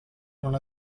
non